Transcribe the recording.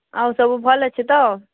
ଆଉ ସବୁ ଭଲ୍ ଅଛେ ତ